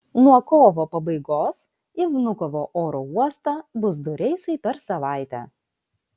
nuo kovo pabaigos į vnukovo oro uostą bus du reisai per savaitę